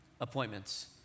appointments